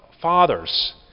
fathers